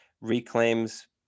Reclaim's